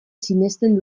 sinesten